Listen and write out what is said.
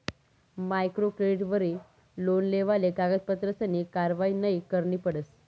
micro क्रेडिटवरी loan लेवाले कागदपत्रसनी कारवायी नयी करणी पडस